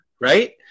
right